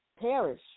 perish